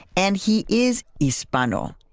and he is hispano.